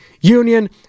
union